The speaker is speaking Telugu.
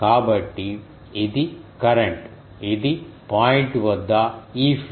కాబట్టి ఇది కరెంట్ ఇది పాయింట్ వద్ద E field